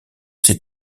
ses